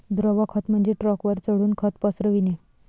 द्रव खत म्हणजे ट्रकवर चढून खत पसरविणे